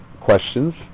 questions